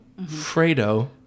Fredo